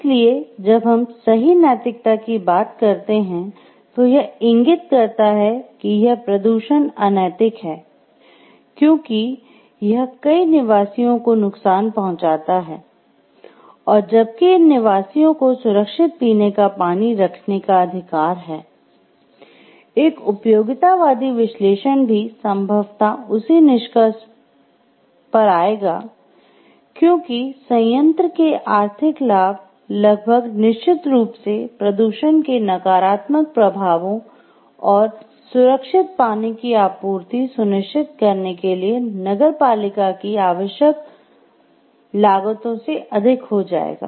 इसलिए जब हम सही नैतिकता की बात करते हैं तो यह इंगित करता है कि यह प्रदूषण सुनिश्चित करने के लिए नगरपालिका की आवश्यक लागतों से अधिक हो जायेगा